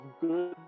good